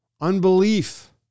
unbelief